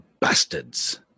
bastards